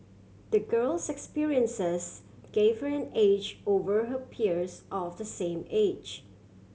the girl's experiences gave her an edge over her peers of the same age